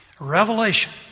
Revelation